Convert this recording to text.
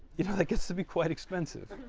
you know that gets to be quite expensive.